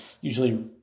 usually